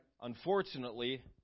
Unfortunately